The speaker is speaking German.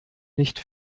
nicht